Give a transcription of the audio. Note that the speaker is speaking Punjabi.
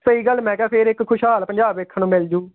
ਸਹੀ ਗੱਲ ਮੈਂ ਕਿਹਾ ਫਿਰ ਇੱਕ ਖੁਸ਼ਹਾਲ ਪੰਜਾਬ ਵੇਖਣ ਨੂੰ ਮਿਲ ਜੂ